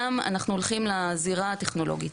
ואנחנו חושבים שהאמת זה דבר כל כך חשוב לשני העמים.